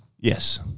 Yes